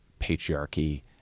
patriarchy